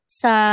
sa